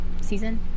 season